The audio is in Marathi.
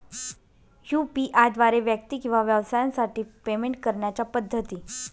यू.पी.आय द्वारे व्यक्ती किंवा व्यवसायांसाठी पेमेंट करण्याच्या पद्धती